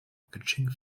catching